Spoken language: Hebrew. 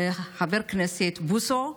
חבר הכנסת בוסו.